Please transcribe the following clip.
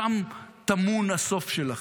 שם טמון הסוף שלכם.